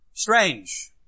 Strange